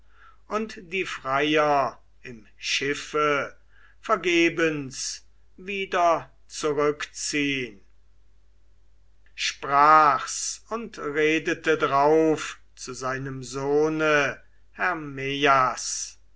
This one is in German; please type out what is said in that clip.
und die freier im schiffe vergebens wieder zurückziehn sprach's und redete drauf zu seinem sohne